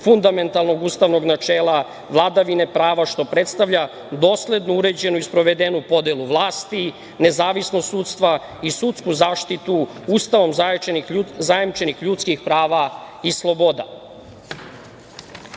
fundamentalnog ustavnog načela vladavine prava, što predstavlja dosledno uređenu i sprovedenu podelu vlasti, nezavisnost sudstva i sudsku zaštitu Ustavom zajamčenih ljudskih prava i